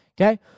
Okay